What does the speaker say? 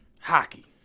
Hockey